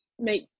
make